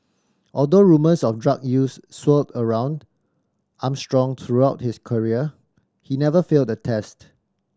although rumours of drug use swirled around Armstrong throughout his career he never failed a test